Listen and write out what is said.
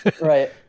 right